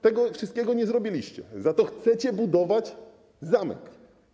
Tego wszystkiego nie zrobiliście, za to chcecie budować zamek.